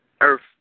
Earth